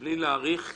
בלי להאריך,